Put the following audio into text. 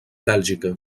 bèlgica